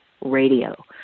radio